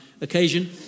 occasion